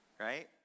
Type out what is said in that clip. right